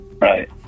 Right